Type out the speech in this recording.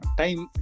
time